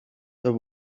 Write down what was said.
the